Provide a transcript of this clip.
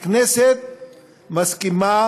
הכנסת מסכימה